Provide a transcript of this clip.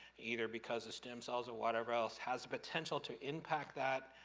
either because of stem cells or whatever else, has the potential to impact that,